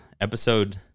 Episode